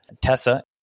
Tessa